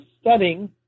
studying